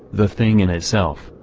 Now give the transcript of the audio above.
the thing in itself,